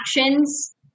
actions